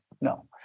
no